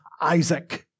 Isaac